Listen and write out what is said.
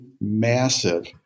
massive